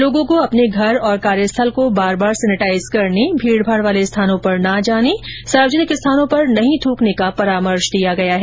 लोगों को अपने घर और कार्यस्थल को बार बार सेनेटाइज करने भीड़भाड़ वाले स्थानों पर न जाने सार्वजनिक स्थानों पर नहीं थुकने का परामर्श दिया गया है